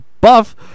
Buff